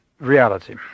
reality